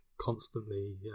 constantly